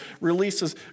releases